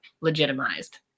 legitimized